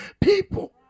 people